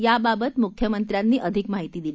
याबाबत मुख्यमंत्र्यांनी अधिक माहिती दिली